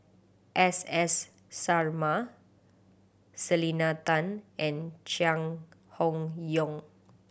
S S Sarma Selena Tan and Chai Hon Yoong